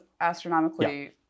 astronomically